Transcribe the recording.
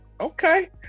Okay